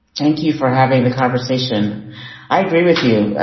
thank you for having the conversation i agree with you.